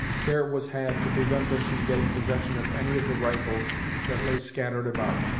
care was had to prevent them from getting possession of any of the rifles that lay scattered about,